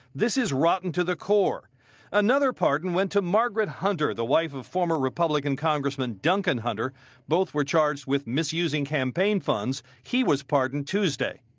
this is rotten to the core another pardon went to margaret hunter, the wife of former republican congressman duncan hunter both were charged with misusing campaign funds he was pardoned tuesday.